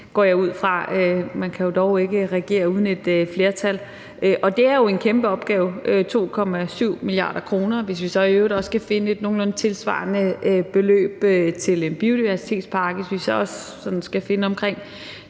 går jeg ud fra – man kan jo dog ikke regere uden et flertal. Og det her er jo en kæmpe opgave – 2,7 mia. kr. – hvis vi så i øvrigt også skal finde et nogenlunde tilsvarende beløb til biodiversitetspakken, og hvis vi også skal finde omkring